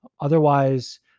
Otherwise